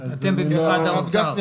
אתם במשרד האוצר,